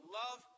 love